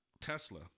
Tesla